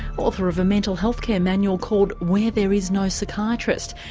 author of a mental health care manual called where there is no psychiatrist.